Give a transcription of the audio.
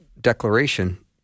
declaration